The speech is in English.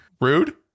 rude